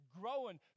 growing